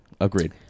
Agreed